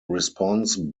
response